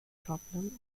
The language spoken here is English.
problem